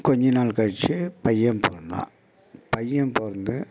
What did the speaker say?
கொஞ்ச நாள் கழித்து பையன் பிறந்தான் பையன் பிறந்து